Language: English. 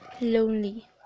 lonely